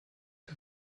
que